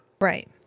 Right